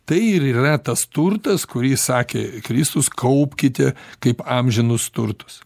tai ir yra tas turtas kurį sakė kristus kaupkite kaip amžinus turtus